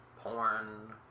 Porn